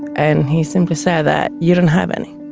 and he simply said that, you don't have any.